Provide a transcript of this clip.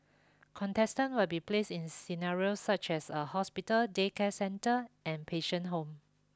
contestant will be placed in scenarios such as a hospital daycare centre and patient home